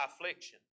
affliction